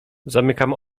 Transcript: zamykam